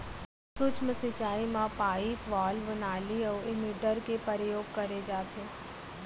सूक्ष्म सिंचई म पाइप, वाल्व, नाली अउ एमीटर के परयोग करे जाथे